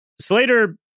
Slater